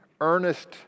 earnest